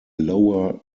lower